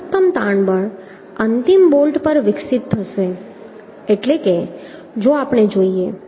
મહત્તમ તાણ બળ અંતિમ બોલ્ટ પર વિકસિત થશે એટલે કે જો આપણે જોઈએ